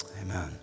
amen